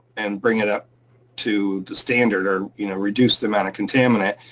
and bring it up to the standard or you know reduce the amount of contaminant,